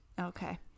okay